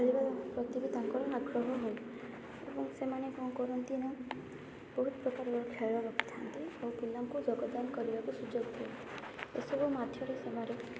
ଖେଳିବା ପ୍ରତି ବି ତାଙ୍କର ଆଗ୍ରହ ହୁଏ ଏବଂ ସେମାନେ କ'ଣ କରନ୍ତି ନା ବହୁତ ପ୍ରକାରର ଖେଳ ରଖିଥାନ୍ତି ଓ ପିଲାଙ୍କୁ ଯୋଗଦାନ କରିବାର ସୁଯୋଗ ଥାଏ ଏସବୁ ମାଧ୍ୟମରେ ସେମାନେ